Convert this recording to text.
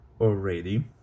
already